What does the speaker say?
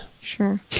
Sure